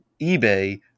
ebay